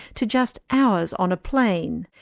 to just hours on a plane,